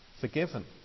Forgiven